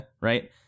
right